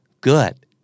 good